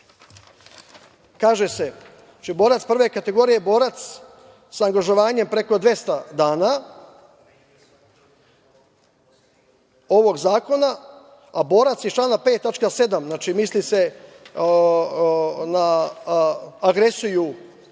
Kaže se, borac prve kategorije je borac sa angažovanjem preko 200 dana ovog zakona, a borac iz člana 5. tačka 7. misli se na agresiju